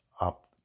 up